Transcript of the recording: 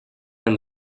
and